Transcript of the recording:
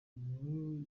inkuru